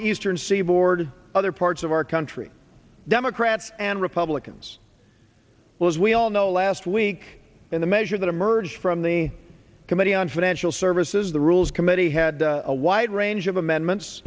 the eastern seaboard other parts of our country democrats and republicans well as we all know last week in the measure that emerged from the committee on financial services the rules committee had a wide range of amendments